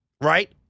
right